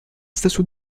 station